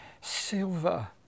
silver